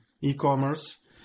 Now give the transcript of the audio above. e-commerce